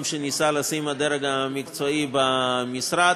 שניסה לשים הדרג המקצועי במשרד,